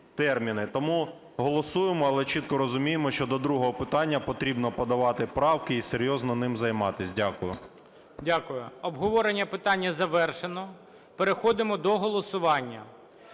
Тому голосуємо, але чітко розуміємо, що до другого питання потрібно подавати правки і серйозно ним займатися. Дякую. ГОЛОВУЮЧИЙ. Дякую. Обговорення питання завершено. Переходимо до голосування.